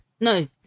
no